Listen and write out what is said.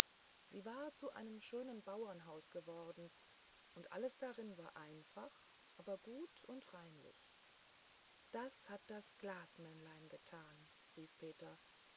sie war zu einem schönen bauernhaus geworden und alles darin war einfach aber gut und reinlich das hat das gute glasmännlein getan rief peter